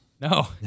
No